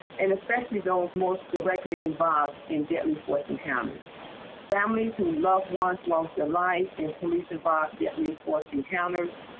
and especially those most directly involved in deadly force encounter whose families who loved ones lost their lives in police and bought get me was encounters.